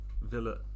Villa